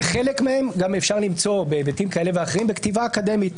חלק מהם גם אפשר למצוא בהיבטים כאלה ואחרים בכתיבה אקדמית.